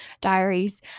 diaries